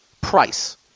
price